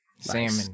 Salmon